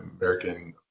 American